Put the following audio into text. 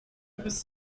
was